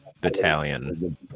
battalion